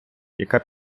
яка